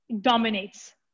dominates